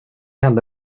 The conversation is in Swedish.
hände